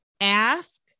ask